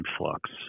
influx